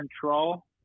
control